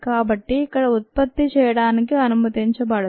కాబట్టి ఇక్కడ ఉత్పత్తి చేయడానికి అనుమతించబడదు